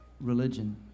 religion